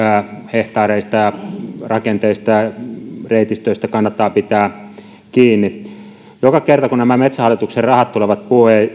hehtaareista ja rakenteista ja reitistöistä kannattaa pitää kiinni joka kerta kun nämä metsähallituksen rahat tulevat